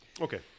Okay